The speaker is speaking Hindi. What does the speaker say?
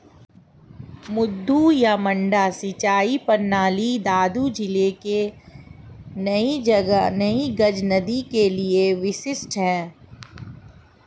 मद्दू या मड्डा सिंचाई प्रणाली दादू जिले की नई गज नदी के लिए विशिष्ट है